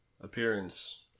appearance